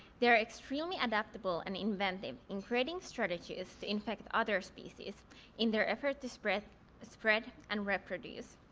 they're extremely adaptable and inventive in creating strategies to infect other species in their effort to spread spread and reproduce.